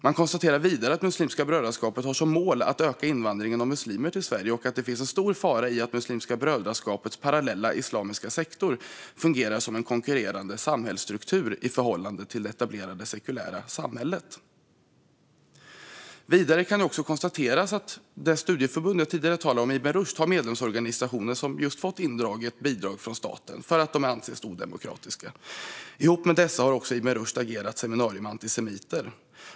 Man konstaterar vidare att Muslimska brödraskapet har som mål att öka invandringen av muslimer till Sverige och att det finns en stor fara i att Muslimska brödraskapets parallella islamiska sektor fungerar som en konkurrerande samhällsstruktur i förhållande till det etablerade sekulära samhället. Vidare kan också konstateras att det studieförbund som jag tidigare talade om, Ibn Rushd, har medlemsorganisationer som har fått bidraget från staten indraget just för att de anses odemokratiska. Ihop med dessa har också Ibn Rushd arrangerat seminarier med antisemiter.